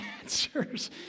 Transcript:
answers